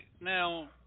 now